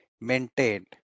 maintained